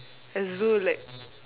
as though like